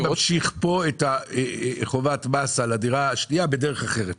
אני ממשיך פה את חובת המס על הדירה השנייה בדרך אחרת.